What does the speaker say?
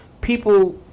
people